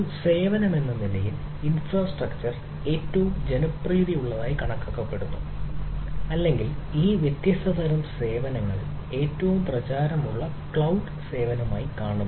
ഒരു സേവനമെന്ന നിലയിൽ ഇൻഫ്രാസ്ട്രക്ചർ ഏറ്റവും ജനപ്രീതിയുള്ളതായി കണക്കാക്കപ്പെടുന്നു അല്ലെങ്കിൽ ഈ വ്യത്യസ്ത തരം സേവനങ്ങളിൽ ഏറ്റവും പ്രചാരമുള്ള ക്ലൌഡ് സേവനമായി കാണുന്നു